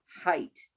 height